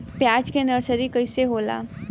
प्याज के नर्सरी कइसे होला?